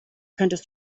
könntest